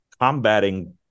combating